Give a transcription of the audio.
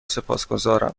سپاسگذارم